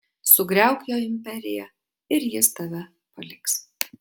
sugriauk jo imperiją ir jis tave paliks